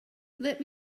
let